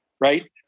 right